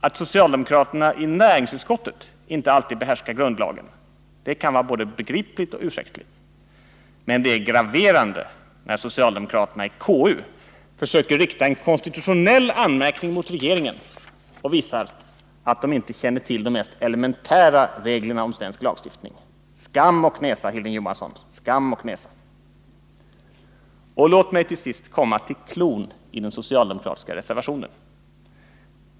Att socialdemokraterna i näringsutskottet inte alltid behärskar grundlagen kan vara både begripligt och ursäktligt, men det är graverande när socialdemokraterna i KU försöker rikta en konstitutionell anmärkning mot regeringen och därmed visar att de inte känner till de mest elementära reglerna i svensk lagstiftning. Skam och nesa, Hilding Johansson! Låt mig till sist komma till cloun i den socialdemokratiska reservationen.